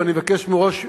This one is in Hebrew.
ואני אבקש מראש סליחה,